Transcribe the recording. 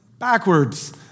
Backwards